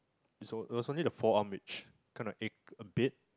it's only the forearm reach kind of ache a bit